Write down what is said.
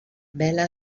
vela